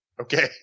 Okay